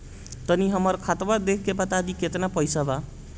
तनी हमर खतबा देख के बता दी की केतना पैसा बा?